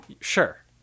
Sure